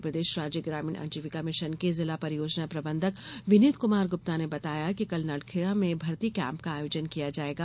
मध्यप्रदेश राज्य ग्रामीण अजीविका मिशन के जिला परियोजना प्रबंधक विनीत कुमार गुप्ता ने बताया कि कल नलखेड़ा में भर्ती कैम्प का आयोजन किया जायेगा